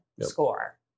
score